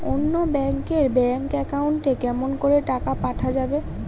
অন্য ব্যাংক এর bank account এ কেমন করে টাকা পাঠা যাবে?